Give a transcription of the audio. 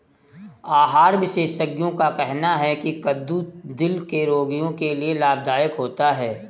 आहार विशेषज्ञों का कहना है की कद्दू दिल के रोगियों के लिए लाभदायक होता है